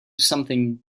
something